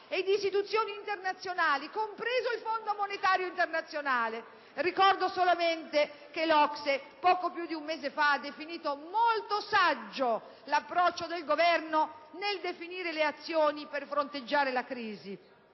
e di istituzioni internazionali, compreso il Fondo monetario internazionale. Ricordo solamente che l'OCSE, poco più di un mese fa, ha definito molto saggio l'approccio del Governo nel definire le azioni per fronteggiare la crisi,